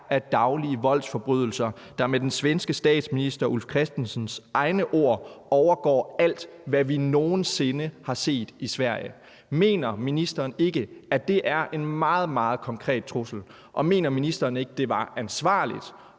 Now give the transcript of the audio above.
af daglige voldsforbrydelser, der med den svenske statsminister Ulf Kristerssons egne ord overgår alt, hvad vi nogen sinde har set i Sverige. Mener ministeren ikke, at det er en meget, meget konkret trussel, og mener ministeren ikke, at det ville være ansvarligt